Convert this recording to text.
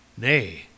nay